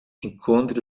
encontre